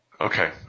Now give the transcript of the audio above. Okay